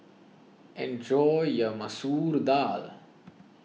enjoy your Masoor Dal